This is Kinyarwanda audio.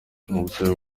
ubusabe